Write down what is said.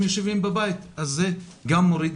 ולכן הם יושבים בבית, דבר שמעמיס